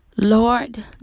Lord